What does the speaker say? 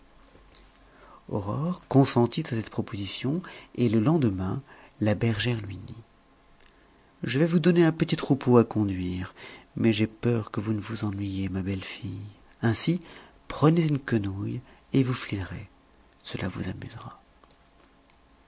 aurore consentit à cette proposition et le lendemain la bergère lui dit je vais vous donner un petit troupeau à conduire mais j'ai peur que vous ne vous ennuyiez ma belle fille ainsi prenez une quenouille et vous filerez cela vous amusera